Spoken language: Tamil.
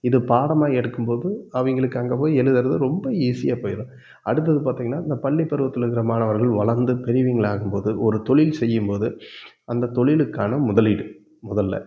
இது பாடமா எடுக்கும்போது அவிங்களுக்கு அங்க போயி எழுதுறது ரொம்ப ஈஸியாக போயிடும் அடுத்தது பார்த்திங்கன்னா இந்த பள்ளி பருவத்தில் இருக்கிற மாணவர்கள் வளர்ந்து பெரியவங்களா ஆகும் போது ஒரு தொழில் செய்யும் போது அந்த தொழிலுக்கான முதலீடு முதல்ல